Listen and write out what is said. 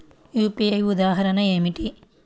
UPI ఉదాహరణ ఏమిటి?